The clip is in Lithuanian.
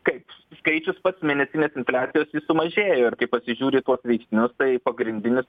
kaip skaičius pats mėnesinės infliacijos sumažėjo ir kai pasižiūri tuo veiksnius tai pagrindinis